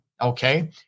okay